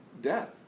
death